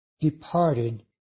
departed